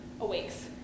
awakes